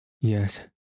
Yes